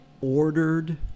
ordered